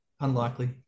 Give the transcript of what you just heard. unlikely